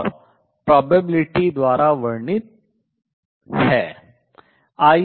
और संभाव्यता द्वारा वर्णित है